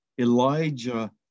Elijah